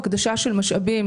הקדשה של משאבים,